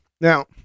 Now